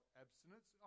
abstinence